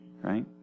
Right